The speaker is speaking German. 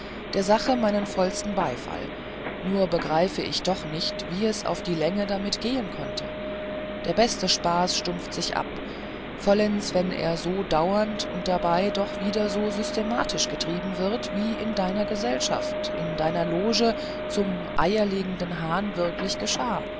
der sache meinen vollsten beifall nur begreife ich doch nicht wie es auf die länge damit gehen konnte der beste spaß stumpft sich ab vollends wenn er so dauernd und dabei doch wieder so systematisch getrieben wird wie es in deiner gesellschaft in deiner loge zum eierlegenden hahn wirklich geschah